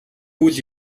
үйл